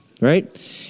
Right